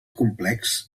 complex